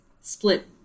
split